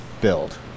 build